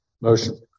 Motion